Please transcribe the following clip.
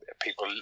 people